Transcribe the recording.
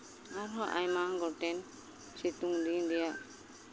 ᱟᱨᱦᱚᱸ ᱟᱭᱢᱟ ᱜᱚᱴᱮᱱ ᱥᱤᱛᱩᱝ ᱫᱤᱱ ᱨᱮᱭᱟᱜ